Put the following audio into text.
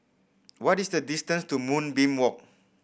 what is the distance to Moonbeam Walk